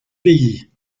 pays